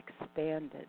expanded